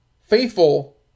faithful